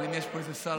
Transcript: אבל אם יש פה איזה שר,